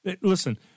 listen